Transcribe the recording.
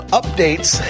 updates